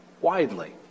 widely